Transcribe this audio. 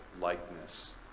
likeness